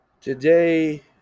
today